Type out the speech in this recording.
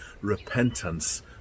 repentance